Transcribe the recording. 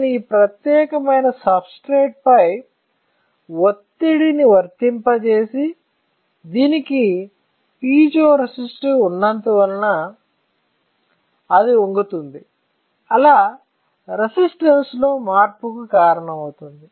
నేను ఈ ప్రత్యేకమైన సబ్స్ట్రేట్ పై ఒత్తిడిని వర్తింపజేస్తే దీనికి పిజో రెసిస్టర్ ఉన్నందున అది వంగుతుంది అలా రెసిస్టెన్స్ లో మార్పుకు కారణమవుతుంది